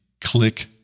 click